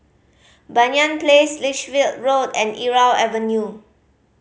Banyan Place Lichfield Road and Irau Avenue